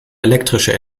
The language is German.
elektrische